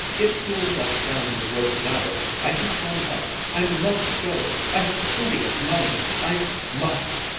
if you will let down the rope ladder, i can climb up. i must go! i have plenty of money. i must!